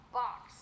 box